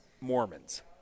Mormons